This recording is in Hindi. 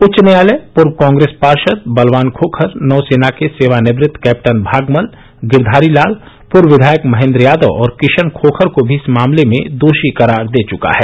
उच्च न्यायालय पूर्व कांग्रेस पार्षद बलवान खोखर नौसेना के सेवानिवृत्त कैप्टन भागमल गिरधारी लाल पूर्व विधायक महेन्द्र यादव और किशन खोखर को भी इस मामले में दोषी करार दे चुका है